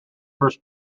first